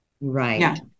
Right